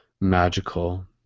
magical